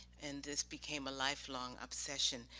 and this became a lifelong obsession.